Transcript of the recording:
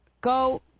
Go